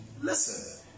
Listen